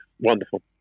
wonderful